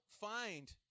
find